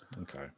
okay